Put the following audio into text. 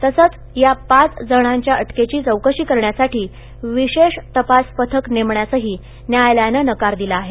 तसंच या पाच जणां या अटकेची चौकशी कर यासाठी विशेष तपास पथक नेम यासही यायालयानं नकार दिला आहे